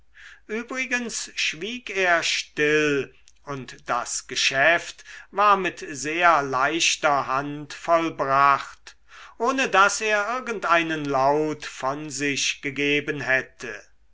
übrigens schwieg er still und das geschäft war mit sehr leichter hand vollbracht ohne daß er irgendeinen laut von sich gegeben hätte